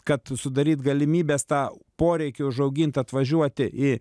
kad sudaryt galimybes tą poreikį užaugint atvažiuoti į